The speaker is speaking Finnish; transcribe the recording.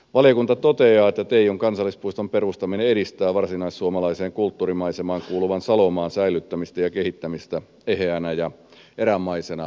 valiokunta toteaa että teijon kansallispuiston perustaminen edistää varsinaissuomalaiseen kulttuurimaisemaan kuuluvan salomaan säilyttämistä ja kehittämistä eheänä ja erämaisena kokonaisuutena